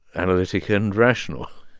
analytical and rational.